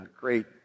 Great